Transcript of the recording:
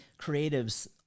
creatives